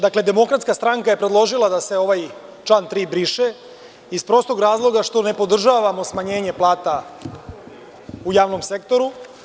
Dakle, DS je predložila da se ovaj član 3. briše iz prostog razloga što ne podržavamo smanjenje plata u javnom sektoru.